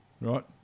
right